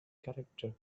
character